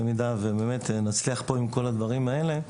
אם נצליח פה עם כל הדברים האלה,